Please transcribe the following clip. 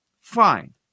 Fine